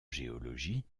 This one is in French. géologie